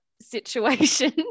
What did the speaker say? situation